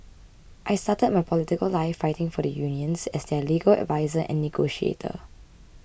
I started my political life fighting for the unions as their legal adviser and negotiator